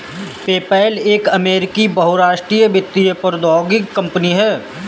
PayPal एक अमेरिकी बहुराष्ट्रीय वित्तीय प्रौद्योगिकी कंपनी है